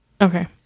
Okay